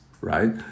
right